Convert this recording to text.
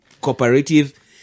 cooperative